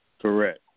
Correct